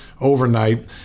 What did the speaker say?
overnight